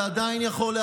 ועדיין יכול,